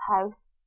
house